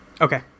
Okay